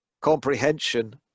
comprehension